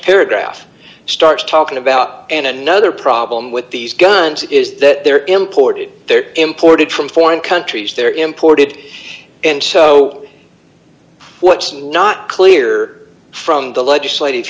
paragraph starts talking about an another problem with these guns is that their imported their imported from foreign countries they're imported and so what's not clear from the legislative